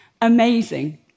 amazing